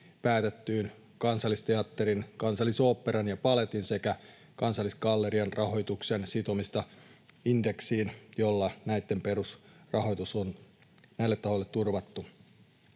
päätetystä Kansallisteatterin, Kansallisoopperan ja Baletin sekä Kansallisgallerian rahoituksen sitomisesta indeksiin, jolla perusrahoitus on näille tahoille turvattu.